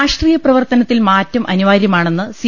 രാഷ്ട്രീയ പ്രവർത്തനത്തിൽ മാറ്റം അനിവാര്യമാണെന്ന് സി